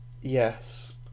Yes